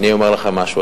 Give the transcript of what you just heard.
אני אומר דבר אחד: